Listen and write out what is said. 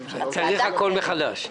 צריך הכול מחדש.